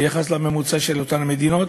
ביחס לממוצע של אותן המדינות,